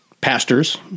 pastors